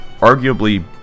arguably